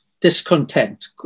discontent